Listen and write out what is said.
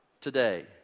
today